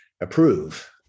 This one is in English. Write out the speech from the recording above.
approve